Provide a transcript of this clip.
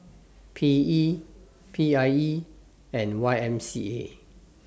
P E P I E and Y M C A